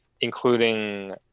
including